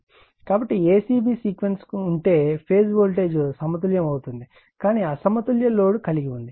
ఒక a c b sequence ఉంటే phase voltage సమతుల్యం అవుతుంది కానీ అసమతుల్య లోడ్ ని కలిగివుంది